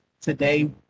Today